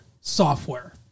software